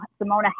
Simona